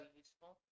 useful